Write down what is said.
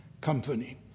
company